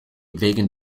wegen